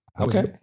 Okay